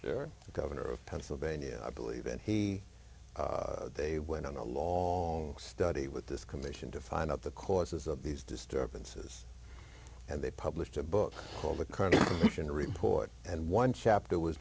the governor of pennsylvania i believe and he they went on a long study with this commission to find out the causes of these disturbances and they published a book called the current mission report and one chapter was